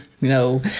no